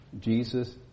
Jesus